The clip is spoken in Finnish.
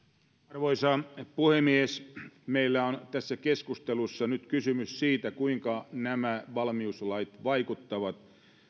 arvoisa puhemies meillä on tässä keskustelussa nyt kysymys siitä kuinka nämä valmiuslait vaikuttavat